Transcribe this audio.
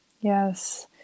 Yes